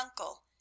uncle